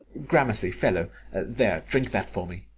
gramercy, fellow there, drink that for me.